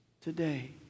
today